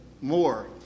more